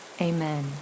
Amen